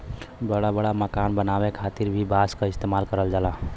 बड़ा बड़ा मकान बनावे खातिर भी बांस क इस्तेमाल करल जाला